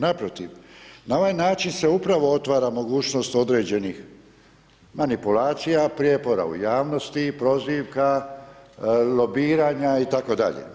Naprotiv, na ovaj način se upravo otvara mogućnost određenih manipulacija, prijepora u javnosti, prozivka, lobiranja itd.